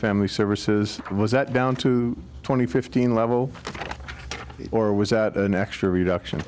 family services was that down to twenty fifteen level or was that an actual reduction